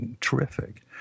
terrific